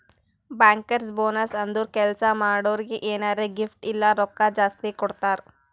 bankers bonus ಅಂದುರ್ ಕೆಲ್ಸಾ ಮಾಡೋರಿಗ್ ಎನಾರೇ ಗಿಫ್ಟ್ ಇಲ್ಲ ರೊಕ್ಕಾ ಜಾಸ್ತಿ ಕೊಡ್ತಾರ್